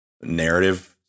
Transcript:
narrative